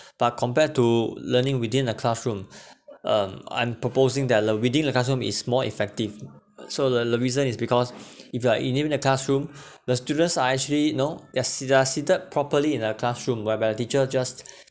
but compare to learning within the classroom um I'm proposing that within the classroom is more effective so the reason is because if you are in within a classroom the students are actually you know they are they are seated properly in a classroom whereby the teacher just